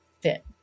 fit